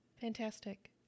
fantastic